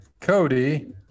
Cody